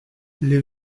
les